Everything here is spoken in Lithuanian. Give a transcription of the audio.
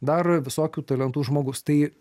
dar visokių talentų žmogus tai